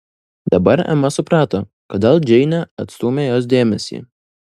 dabar ema suprato kodėl džeinė atstūmė jos dėmesį